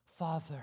Father